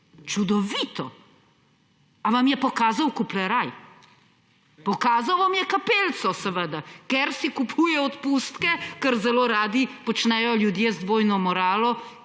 čudovito. Ali vam je pokazal kupleraj? Pokazal vam je kapelico, seveda, ker si kupuje odpustke, kar zelo radi počnejo ljudje z dvojno moralo,